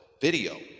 video